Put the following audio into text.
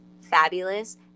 fabulous